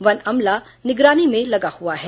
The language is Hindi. वन अमला निगरानी में लगा हुआ है